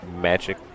magic